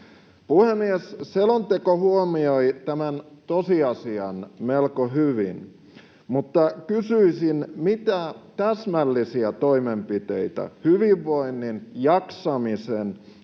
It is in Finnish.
Puhemies! Selonteko huomioi tämän tosiasian melko hyvin, mutta kysyisin: mitä täsmällisiä toimenpiteitä hyvinvoinnin, jaksamisen ja